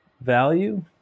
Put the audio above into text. Value